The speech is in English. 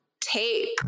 tape